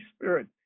Spirit